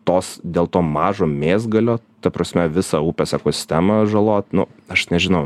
tos dėl to mažo mėsgalio ta prasme visą upės ekosistemą žalot nu aš nežinau